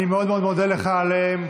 אני מאוד מאוד מודה לך עליהם,